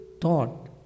thought